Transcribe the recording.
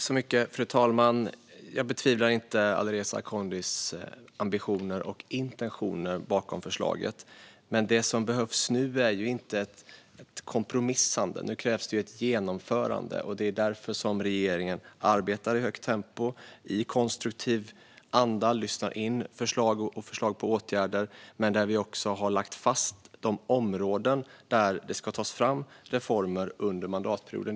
Fru talman! Jag betvivlar inte Alireza Akhondis ambitioner eller intentionerna bakom förslaget. Men det som behövs nu är inte kompromissande - nu krävs ett genomförande. Det är därför regeringen arbetar i högt tempo, i konstruktiv anda, och lyssnar in förslag till åtgärder. Men vi har också lagt fram de områden där reformer ska tas fram under mandatperioden.